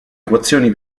equazioni